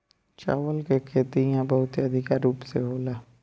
चावल के खेती इहा बहुते अधिका रूप में होला